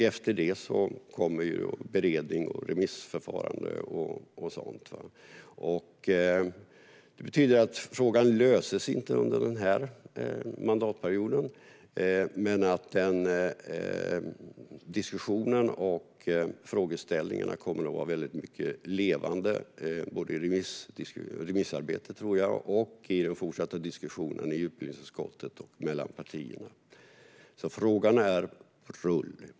Efter det kommer beredning, remissförfarande och sådant. Det betyder att frågan inte kommer att lösas under den här mandatperioden. Men jag tror att diskussionen och frågeställningarna kommer att vara väldigt levande, både i remissarbetet och i den fortsatta diskussionen mellan partierna i utbildningsutskottet. Frågan är alltså på rull.